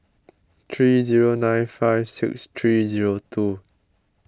three zero nine five six three zero two